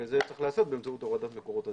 וזה צריך להיעשות באמצעות הורדת מקורות הזיהום.